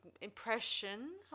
impression